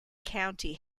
county